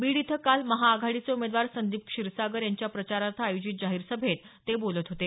बीड इथं काल महाआघाडीचे उमेदवार संदीप क्षीरसागर यांच्या प्रचारार्थ आयोजित जाहीर सभेत ते बोलत होते